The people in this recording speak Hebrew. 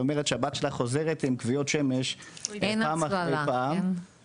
אומרת שהבת שלה חוזרת עם כווית שמש פעם אחרי פעם,